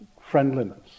friendliness